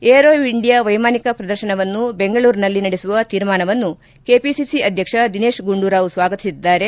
aero India ವೈಮಾನಿಕಾ ಪ್ರದರ್ಶನವನ್ನು ಬೆಂಗಳೂರಿನಲ್ಲಿ ನಡೆಸುವ ತೀರ್ಮಾನವನ್ನು ಕೆಪಿಸಿಸಿ ಅಧ್ಯಕ್ಷ ದಿನೇತ್ ಗುಂಡೂರಾವ್ ಸ್ವಾಗತಿಸಿದ್ದಾರೆ